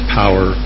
power